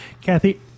Kathy